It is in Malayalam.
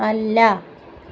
അല്ല